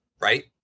right